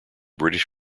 british